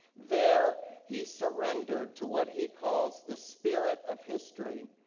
there he surrendered to what he calls the spirit of history,